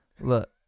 Look